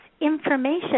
information